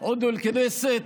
(אומר דברים בשפה הערבית,